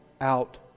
out